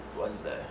Wednesday